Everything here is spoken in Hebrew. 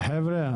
חבר'ה,